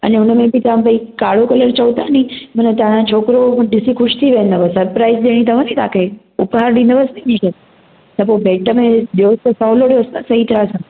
अने हुनमें तव्हां भाई काड़ो कलर चओ था नी मनु तव्हांजो छोकिरो ॾिसी ख़ुशि थी वेंदव सरप्राइज ॾेअणी अथव नी तव्हांखे उपहार ॾींदव न हुनखे त पोइ भेट में ॾियो त सलो ॾियो न सही तरह सां